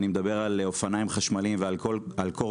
אני מדבר על אופניים חשמליים ועל קורקינט,